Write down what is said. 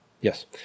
Yes